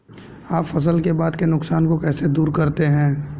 आप फसल के बाद के नुकसान को कैसे दूर करते हैं?